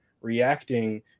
reacting